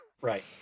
Right